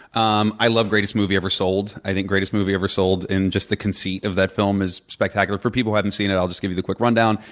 um i love greatest movie ever sold. i think greatest movie ever sold and just the conceit of that film is spectacular. for people who haven't seen it, i'll just give you the quick rundown.